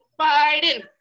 Biden